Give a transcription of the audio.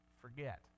forget